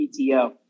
PTO